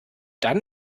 dann